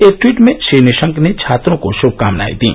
एक टवीट में श्री निशंक ने छात्रों को शुभकामनायें दी